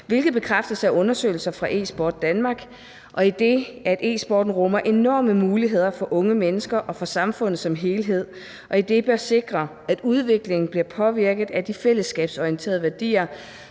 hvilket bekræftes af undersøgelser fra Esport Danmark, idet e-sporten rummer enorme muligheder for unge mennesker og for samfundet som helhed, og idet vi bør sikre, at udviklingen bliver påvirket af de fællesskabsorienterede værdier,